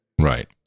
Right